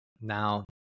now